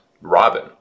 Robin